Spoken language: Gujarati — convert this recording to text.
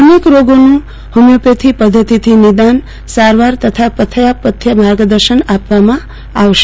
અનેક રોગોનું જોમિયોપેથી પધ્ધતિથી નિદાન સારવાર તથા પથ્યાપથ્ય માર્ગદર્શન અપાશે